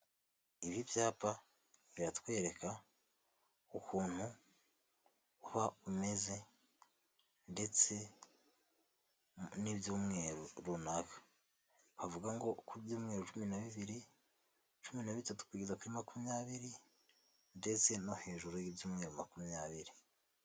Ibi byapa biratwereka ukuntu uba umeze ndetse n'ibyumweru runaka bavuga ngo ku byumweru cumi na bibiri, cumi na bitatu kugeza kuri makumyabiri, ndetse no hejuru y'ibyumweru makumyabiri.